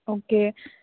okay